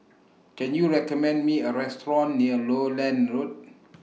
Can YOU recommend Me A Restaurant near Lowland Road